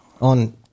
on